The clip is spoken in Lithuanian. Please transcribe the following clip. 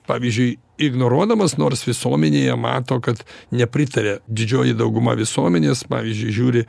pavyzdžiui ignoruodamas nors visuomenėje mato kad nepritaria didžioji dauguma visuomenės pavyzdžiui žiūri